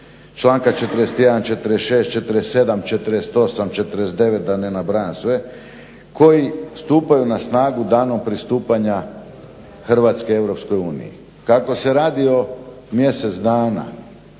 članka 41., 46., 47., 48., 49. da ne nabrajam sve koji stupaju na snagu danom pristupanja Hrvatske Europskoj uniji. Kako se radi o mjesec dana